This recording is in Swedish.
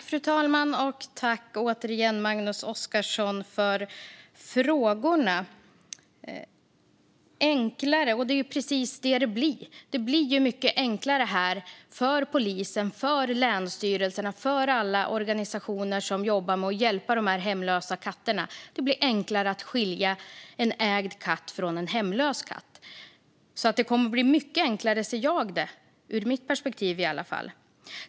Fru talman! Jag tackar återigen Magnus Oscarsson för frågorna. Enklare är precis vad det blir. Det blir mycket enklare för polisen, för länsstyrelserna och för alla organisationer som jobbar med att hjälpa de hemlösa katterna. Det blir enklare att skilja en ägd katt från en hemlös katt. Det kommer alltså att bli mycket enklare, i alla fall ur mitt perspektiv.